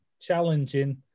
challenging